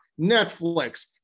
Netflix